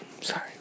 Sorry